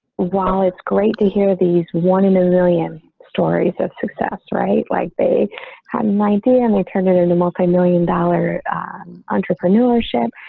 while it's great to hear these one in a million stories of success, right, like they have ninety and they turned it into a multimillion dollar entrepreneurship.